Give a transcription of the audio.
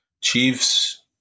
Chiefs